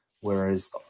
whereas